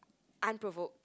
unprovoked